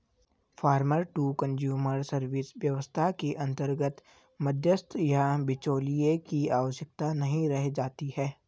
farmer to consumer service व्यवस्था के अंतर्गत मध्यस्थ या बिचौलिए की आवश्यकता नहीं रह जाती है